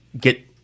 get